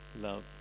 Love